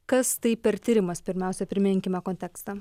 kas tai per tyrimas pirmiausia priminkime kontekstą